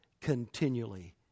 continually